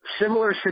similar